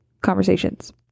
conversations